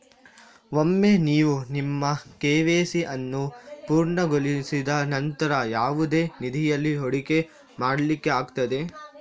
ಒಮ್ಮೆ ನೀವು ನಿಮ್ಮ ಕೆ.ವೈ.ಸಿ ಅನ್ನು ಪೂರ್ಣಗೊಳಿಸಿದ ನಂತ್ರ ಯಾವುದೇ ನಿಧಿಯಲ್ಲಿ ಹೂಡಿಕೆ ಮಾಡ್ಲಿಕ್ಕೆ ಆಗ್ತದೆ